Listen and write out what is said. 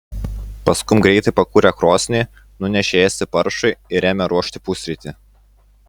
paskum greitai pakūrė krosnį nunešė ėsti paršui ir ėmė ruošti pusrytį